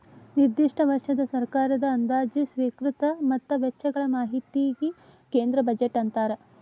ನಿರ್ದಿಷ್ಟ ವರ್ಷದ ಸರ್ಕಾರದ ಅಂದಾಜ ಸ್ವೇಕೃತಿ ಮತ್ತ ವೆಚ್ಚಗಳ ಮಾಹಿತಿಗಿ ಕೇಂದ್ರ ಬಜೆಟ್ ಅಂತಾರ